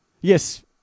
yes